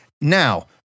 Now